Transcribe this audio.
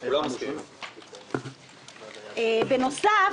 בנוסף,